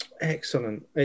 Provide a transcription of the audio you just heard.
Excellent